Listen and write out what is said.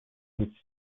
nic